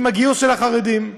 עם הגיוס של החרדים.